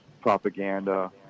propaganda